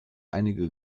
einige